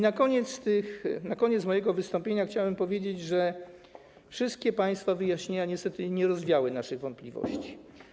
Na koniec mojego wystąpienia chciałbym powiedzieć, że wszystkie państwa wyjaśnienia niestety nie rozwiały naszych wątpliwości.